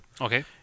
okay